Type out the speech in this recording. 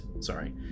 sorry